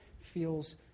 feels